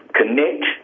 connect